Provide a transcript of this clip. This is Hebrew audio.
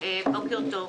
בוקר טוב.